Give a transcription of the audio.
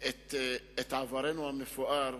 את עברנו המפואר.